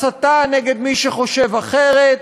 הסתה נגד מי שחושב אחרת,